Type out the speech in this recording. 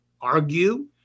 argue